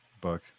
book